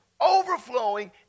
overflowing